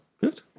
Good